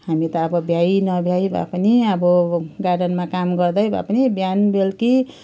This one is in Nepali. हामी त अब भ्याइ नभ्याइ भए पनि अब गार्डनमा काम गर्दै भए पनि बिहान बेलुकी